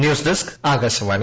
news desk Akashvani